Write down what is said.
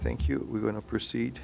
thank you we're going to proceed